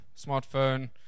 smartphone